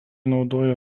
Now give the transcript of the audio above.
naudoja